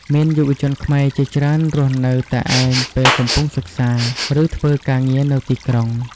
មានយុវជនខ្មែរជាច្រើនរស់នៅតែឯងពេលកំពុងសិក្សា ឬធ្វើការងារនៅទីក្រុង។